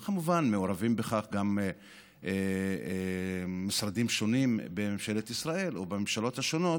וכמובן מעורבים בכך גם משרדים שונים בממשלת ישראל או בממשלות השונות,